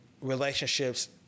relationships